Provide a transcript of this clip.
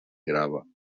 grava